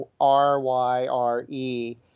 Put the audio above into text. r-y-r-e